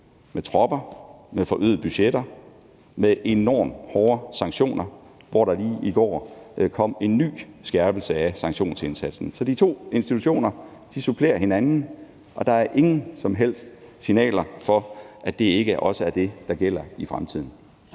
med tropper, med forøgede budgetter, med enormt hårde sanktioner, hvor der lige i går kom en ny skærpelse af sanktionsindsatsen. Så de to institutioner supplerer hinanden, og der er ingen som helst signaler for, at det ikke også er det, der gælder i fremtiden.